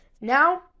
Now